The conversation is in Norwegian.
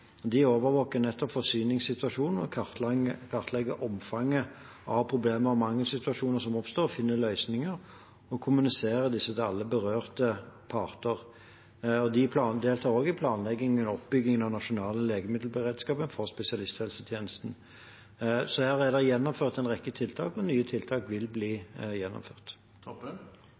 De overvåker nettopp forsyningssituasjonen, kartlegger omfanget av problemer og mangelsituasjoner som oppstår, finner løsninger og kommuniserer disse til alle berørte parter. De deltar også i planleggingen av oppbyggingen av den nasjonale legemiddelberedskapen for spesialisthelsetjenesten. Her er det gjennomført en rekke tiltak, og nye tiltak vil bli gjennomført.